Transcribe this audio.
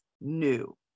new